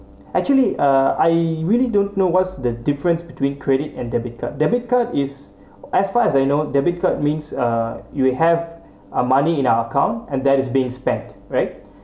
actually uh I really don't know what's the difference between credit and debit card debit card is as far as I know debit card means uh you will have a money in our account and that is being spent right